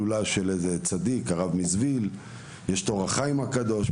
ההילולה של הרב מזוויל ויש שם גם את ׳אור החיים׳ הקדוש.